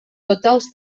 totals